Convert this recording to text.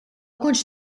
kontx